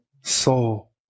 soul